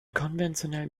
konventionellen